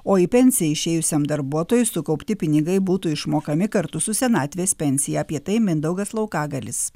o į pensiją išėjusiam darbuotojui sukaupti pinigai būtų išmokami kartu su senatvės pensija apie tai mindaugas laukagalis